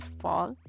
fall